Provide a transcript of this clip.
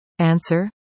Answer